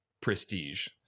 prestige